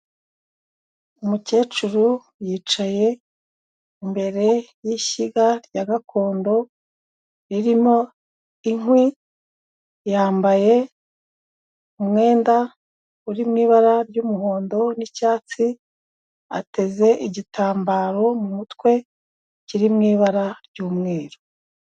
Umukecuru yicaye imbere y'ishyiga rya gakondo ririmo inkwi, yambaye umwenda uri mu ibara ry'umuhondo n'icyatsi ateze igitambaro mu mutwe kiri mu ibara ry'umweru.